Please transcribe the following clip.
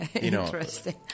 Interesting